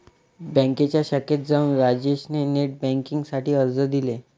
बँकेच्या शाखेत जाऊन राजेश ने नेट बेन्किंग साठी अर्ज दिले